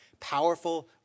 powerful